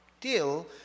till